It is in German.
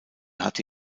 hatte